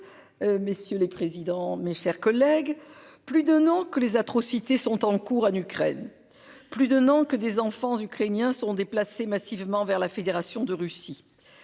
Messieurs les présidents, mes chers collègues. Plus d'un an que les atrocités sont en cours en Ukraine. Plus d'un an que des enfants ukrainiens sont déplacés massivement vers la Fédération de Russie.